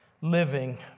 living